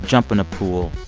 jump in a pool.